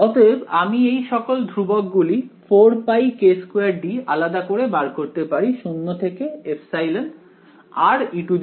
অতএব আমি এই সকল ধ্রুবক গুলি 4πk2 d আলাদা করে বার করতে পারি 0 থেকে ε re jkrdr